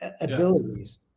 abilities